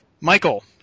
Michael